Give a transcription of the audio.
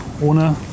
Ohne